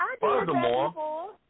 furthermore